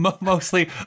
mostly